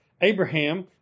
Abraham